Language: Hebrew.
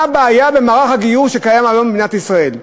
מה הבעיה במערך הגיור שקיים היום במדינת ישראל,